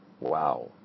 wow